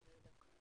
ולומר.